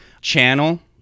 channel